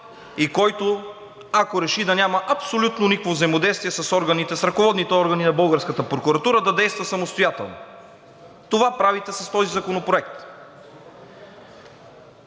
и който, ако реши да няма абсолютно никакво взаимодействие с ръководните органи на българската прокуратура да действа самостоятелно. Това правите с този законопроект.